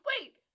wait